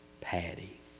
Patty